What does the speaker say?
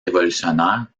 révolutionnaire